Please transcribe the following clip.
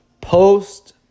Post